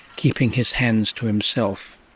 keeping his hands to himself